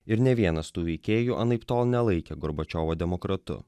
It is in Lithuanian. ir nė vienas tų veikėjų anaiptol nelaikė gorbačiovo demokratu